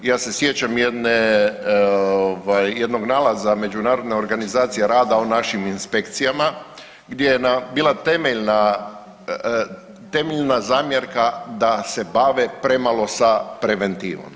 Ja se sjećam jednog nalaza Međunarodne organizacije rada o našim inspekcijama, gdje je bila temeljna zamjerka da se bave premalo sa preventivom.